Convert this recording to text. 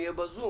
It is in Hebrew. מי יהיה בזום,